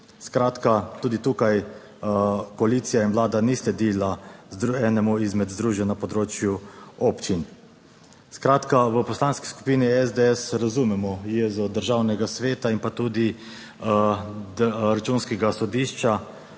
Skratka, tudi tukaj koalicija in Vlada ni sledila enemu izmed združenj na področju občin. Skratka, v Poslanski skupini SDS razumemo jezo Državnega sveta in pa tudi Računskega sodišča.